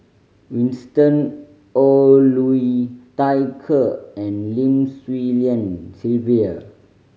Winston Oh Liu Thai Ker and Lim Swee Lian Sylvia